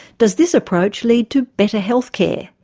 does this approach lead to better health care?